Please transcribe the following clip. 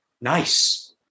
nice